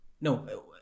no